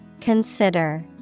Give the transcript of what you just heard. Consider